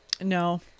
no